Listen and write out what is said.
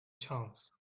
chance